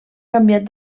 canviat